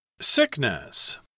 sickness